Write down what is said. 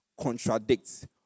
contradicts